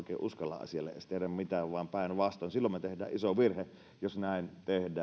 uskalla asialle tehdä mitään vaan päinvastoin silloin me teemme ison virheen jos näin teemme ja annamme